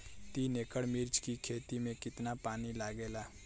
तीन एकड़ मिर्च की खेती में कितना पानी लागेला?